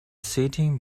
sitting